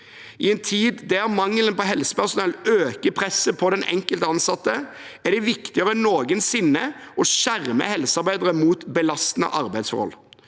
I en tid der mangelen på helsepersonell øker presset på den enkelte ansatte, er det viktigere enn noensinne å skjerme helsearbeidere mot belastende arbeidsforhold.